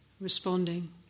responding